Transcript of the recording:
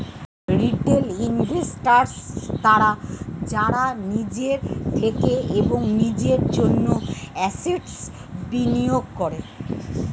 retail investors তারা যারা নিজের থেকে এবং নিজের জন্য অ্যাসেট্স্ বিনিয়োগ করে